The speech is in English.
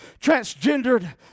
transgendered